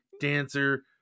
dancer